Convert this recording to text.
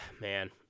Man